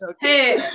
hey